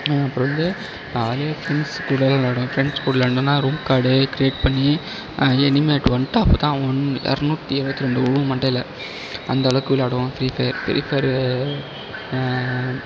அப்றம் வந்து ஜாலியாக ஃப்ரெண்ட்ஸ் கூட விளையாடுவேன் ஃப்ரெண்ட்ஸ் கூட விளையாண்டனால் ரூம் கார்டு கிரியேட் பண்ணி எனிமேட் ஒன் ஒன் இரநூத்தி எழுபத்தி ரெண்டுவிழும் மண்டையில் அந்தளவுக்கு விளையாடுவோம் ஃப்ரீ ஃபயர் ஃப்ரீ ஃபயரு